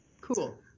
cool